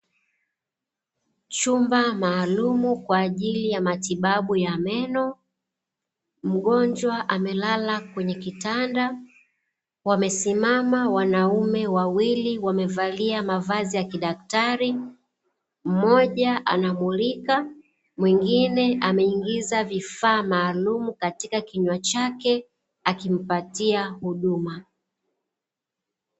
Chumba maalumu kwa ajili ya matibabu ya meno, mgonjwa amelala kwenye kitanda. Wamesimama wanaume wawili wamevalia mavazi ya kidaktari, mmoja anamulika, mwingine ameingiza vifaa maalumu katika kinywa chake, akimpatia huduma.